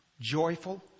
joyful